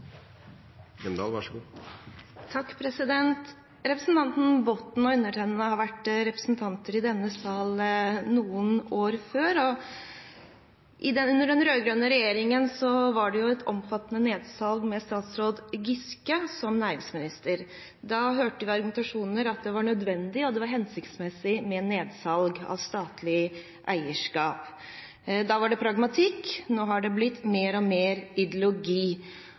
Representanten Botten og undertegnede har vært representanter i denne sal i noen år. Under den rød-grønne regjeringen var det et omfattende nedsalg med statsråd Giske som næringsminister. Da hørte vi argumentasjon som at det var nødvendig og hensiktsmessig med nedsalg av statlig eierskap. Da var det pragmatikk, nå har det blitt mer og mer ideologi.